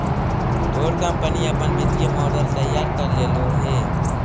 तोर कंपनी अपन वित्तीय मॉडल तैयार कर लेलो हे?